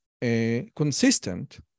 consistent